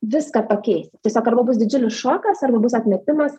viską pakeisti tiesiog arba bus didžiulis šokas arba bus atmetimas